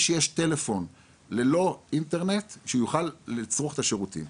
שיש טלפון ללא אינטרנט שיוכל לצרוך את השירותים.